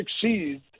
succeed